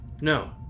No